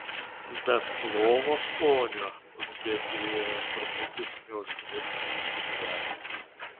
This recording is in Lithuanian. bet plovo skonio uzbekijoje turbūt jis neužmirš visą gyvenimą